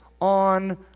on